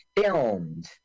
filmed